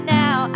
now